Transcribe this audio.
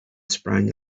sprang